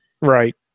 right